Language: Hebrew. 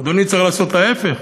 אדוני צריך לעשות ההפך,